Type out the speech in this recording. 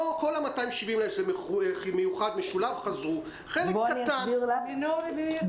יש חשיבות שהמשלבים יגיעו לבית של כל אלה שלא